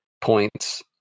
points